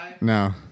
No